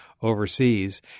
overseas